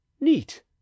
neat